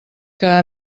que